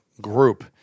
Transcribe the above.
group